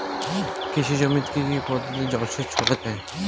কৃষি জমিতে কি কি পদ্ধতিতে জলসেচ করা য়ায়?